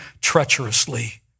treacherously